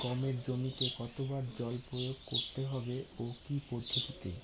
গমের জমিতে কতো বার জল প্রয়োগ করতে হবে ও কি পদ্ধতিতে?